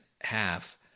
half